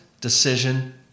decision